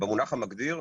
במונח המגדיר,